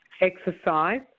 exercise